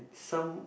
some